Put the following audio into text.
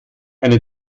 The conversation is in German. eine